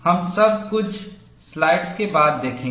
हम सब कुछ स्लाइड्स के बाद देखेंगे